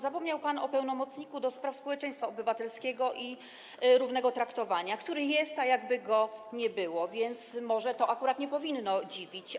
Zapomniał pan o pełnomocniku do spraw społeczeństwa obywatelskiego i równego traktowania, który jest, a jakby go nie było, więc może to akurat nie powinno dziwić.